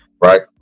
right